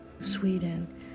Sweden